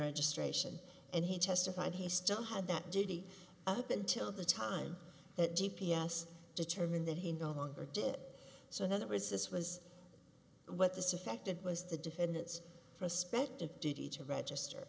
registration and he testified he still had that duty up until the time that d p s determined that he no longer did it so that it was this was what this affected was the defendant's prospective duty to register